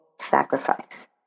sacrifice